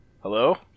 Hello